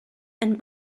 and